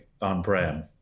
on-prem